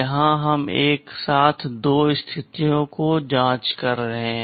यहाँ हम एक साथ दो स्थितियों की जाँच कर रहे हैं